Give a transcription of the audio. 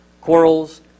Corals